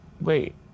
wait